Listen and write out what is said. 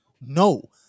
No